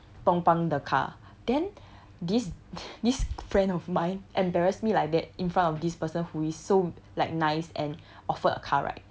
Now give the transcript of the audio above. tumpang the car then this this friend of mine embarrassed me like that in front of this person who is so like nice and offered a car ride